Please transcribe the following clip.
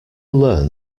learn